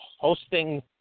hosting